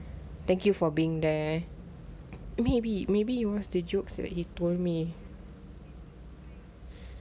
thank you for being there maybe maybe you was the jokes he told me